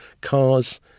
cars